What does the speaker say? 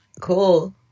Cool